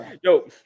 Yo